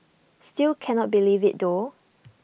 still cannot believe IT though